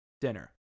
dinner